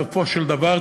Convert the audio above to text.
בסופו של דבר,